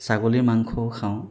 ছাগলীৰ মাংসও খাওঁ